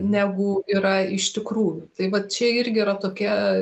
negu yra iš tikrųjų tai va čia irgi yra tokia